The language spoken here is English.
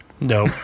No